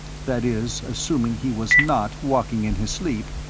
that is, assuming he was not walking in his sleep,